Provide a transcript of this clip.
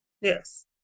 Yes